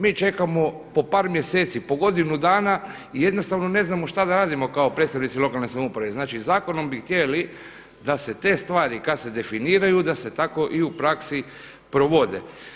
Mi čekamo po par mjeseci, po godinu dana i jednostavno ne znamo šta da radimo kao predstavnici lokalne samouprave, znači zakonom bi htjeli da se te stvari kad se definiraju da se tako i u praksi provode.